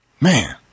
Man